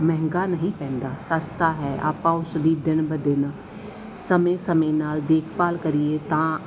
ਮਹਿੰਗਾ ਨਹੀਂ ਪੈਂਦਾ ਸਸਤਾ ਹੈ ਆਪਾਂ ਉਸ ਦੀ ਦਿਨ ਵ ਦਿਨ ਸਮੇਂ ਸਮੇਂ ਨਾਲ ਦੇਖਭਾਲ ਕਰੀਏ ਤਾਂ